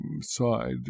side